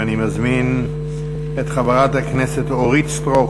ואני מזמין את חברת הכנסת אורית סטרוק